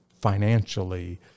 financially